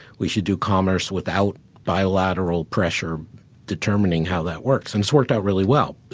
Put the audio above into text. we should do commerce without bilateral pressure determining how that works, and it's worked out really well.